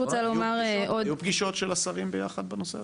נקבעו פגישות של השרים ביחד, בנושא הזה?